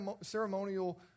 ceremonial